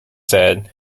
said